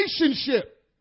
relationship